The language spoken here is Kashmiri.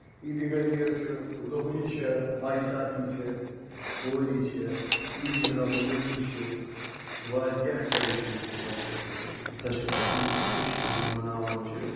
عیٖدِ گٔدیٖر چھُ لوہری چھِ بیساکی چھِ ہولی چھِ عیٖدِ مِلادُن نبی چھُ واریاہ ٹریڈِشن چھِ واریاہ ٹریڈِشن فیسٹِول چھِ یِم أسۍ کٔشیٖر ہٕنٛدۍ مَناوان چھِ